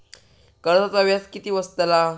कर्जाचा व्याज किती बसतला?